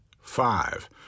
Five